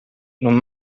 non